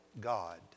God